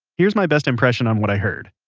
here's my best impression on what i heard,